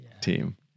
team